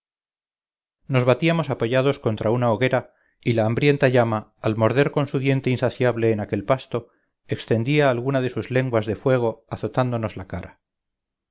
nos batíamos apoyados contra una hoguera y la hambrienta llama al morder con su diente insaciable en aquel pasto extendía alguna de sus lenguas de fuego azotándonos la cara